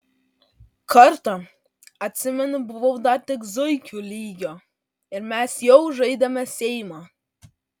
kartą atsimenu buvau dar tik zuikių lygio ir mes jau žaidėme seimą